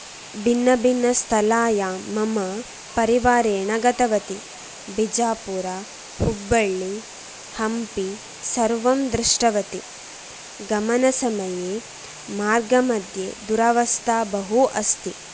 भिन्नभिन्नस्थलायां मम परिवारेण गतवती विजयपुरा हुब्बळ्ळि हम्पी सर्वं दृष्टवती गमनसमये मार्गमध्ये दुरवस्था बहु अस्ति